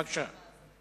בבקשה.